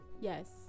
Yes